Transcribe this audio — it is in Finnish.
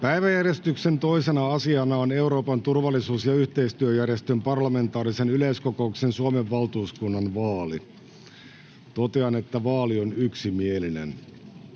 Päiväjärjestyksen 2. asiana on Euroopan turvallisuus- ja yhteistyöjärjestön parlamentaarisen yleiskokouksen Suomen valtuuskunnan vaali. Totean, että vaali on yksimielinen